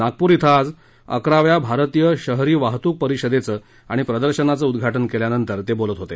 नागपूर इथं आज अकराव्या भारतीय शहरी वाहतूक परिषदेचं आणि प्रदर्शनाचं उद्घाटन केल्यानंतर ते बोलत होते